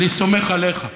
אני סומך עליך,